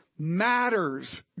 matters